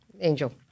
Angel